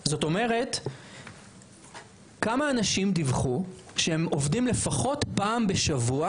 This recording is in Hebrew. שלכם?׳ כמה אנשים דיווחו שהם עובדים לפחות פעם בשבוע,